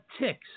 ticks